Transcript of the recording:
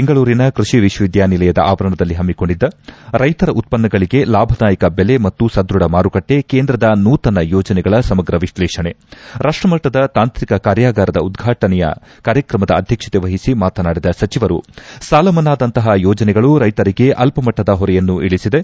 ಬೆಂಗಳೂರಿನ ಕೃಷಿ ವಿಶ್ವವಿದ್ಯಾನಿಲಯದ ಆವರಣದಲ್ಲಿ ಹಮ್ನಿಕೊಂಡಿದ್ದ ರೈತರ ಉತ್ಪನ್ನಗಳಗೆ ಲಾಭದಾಯಕ ದೆಲೆ ಮತ್ತು ಸದೃಡ ಮಾರುಕಟ್ಟಿ ಕೇಂದ್ರದ ನೂತನ ಯೋಜನೆಗಳ ಸಮಗ್ರ ವಿಶ್ಲೇಷಣೆ ರಾಷ್ವಮಟ್ಟದ ತಾಂತ್ರಿಕ ಕಾರ್ಯಾಗಾರದ ಉದ್ವಾಟನೆಯ ಕಾರ್ಯಕ್ರಮದ ಅಧ್ಯಕ್ಷತೆ ವಹಿಸಿ ಮಾತನಾಡಿದ ಸಚಿವರು ಸಾಲಮನ್ನಾದಂತಹ ಯೋಜನೆಗಳು ರೈತರಿಗೆ ಅಲ್ಲಮಟ್ಟದ ಹೊರೆಯನ್ನು ಇಳಿಸಿದೆ